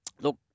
Look